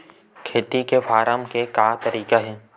खेती से फारम के का तरीका हे?